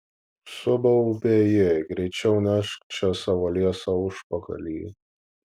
subaubė ji greičiau nešk čia savo liesą užpakalį